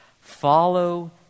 Follow